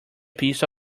piece